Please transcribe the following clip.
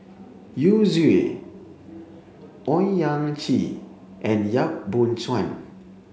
Yu Zhuye Owyang Chi and Yap Boon Chuan